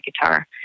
guitar